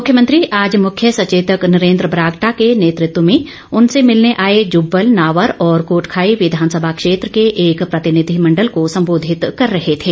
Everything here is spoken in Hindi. मुख्यमंत्री आज मुख्य सचेतक नरेन्द्र बरागटा के नेतृतव में उनसे मिलने आए जुब्बल नावर और कोटखाई विधानसभा क्षेत्र के एक प्रतिनिधिमंडल को सम्बोधित कर रहे थे